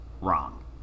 wrong